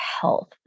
health